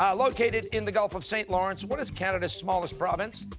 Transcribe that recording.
ah located in the gulf of st. lawrence, what is canada's smallest province?